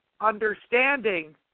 understanding